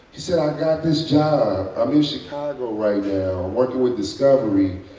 she said, i got this job. i'm in chicago right now. i'm working with discovery,